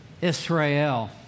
Israel